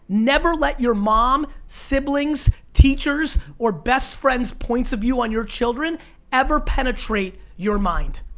never let your mom, siblings, teachers, or best friends' points of view on your children ever penetrate your mind.